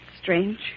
strange